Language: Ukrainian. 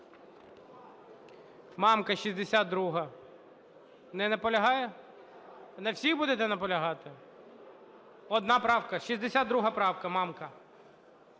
Мамка, 62-а. Не наполягає? На всіх будете наполягати? Одна правка. 62 правка, Мамка.